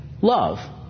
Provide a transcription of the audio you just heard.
love